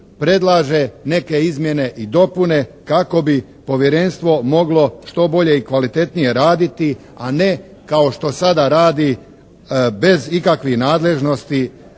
predlaže neke izmjene i dopune kako bi Povjerenstvo moglo što bolje i kvalitetnije raditi a ne kao što sada radi bez ikakvih nadležnosti